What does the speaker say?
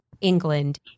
England